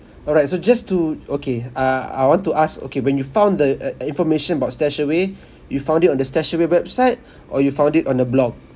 alright so just to okay uh I want to ask okay when you found the uh information about stashaway you found it on the stashaway website or you found it on a blog